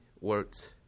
works